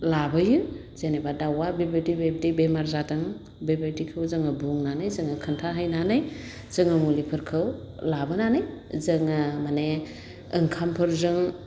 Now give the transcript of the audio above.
लाबोयो जेन'बा दाउआ बेबायदि बेबायदि बेमार जादों बेबायदिखौ जोङो बुंनानै जोङो खोन्थाहैनानै जोङो मुलिफोरखौ लाबोनानै जोङो माने ओंखामफोरजों